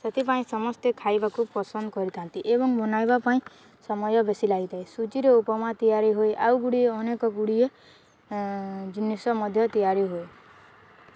ସେଥିପାଇଁ ସମସ୍ତେ ଖାଇବାକୁ ପସନ୍ଦ କରିଥାନ୍ତି ଏବଂ ବନାଇବା ପାଇଁ ସମୟ ବେଶୀ ଲାଗିଥାଏ ସୁଜିରେ ଉପମା ତିଆରି ହୁଏ ଆଉ ଗୁଡ଼ିଏ ଅନେକ ଗୁଡ଼ିଏ ଜିନିଷ ମଧ୍ୟ ତିଆରି ହୁଏ